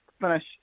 finish